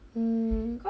mm